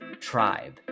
Tribe